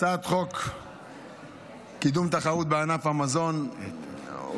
הצעת חוק קידום תחרות בענף המזון אולי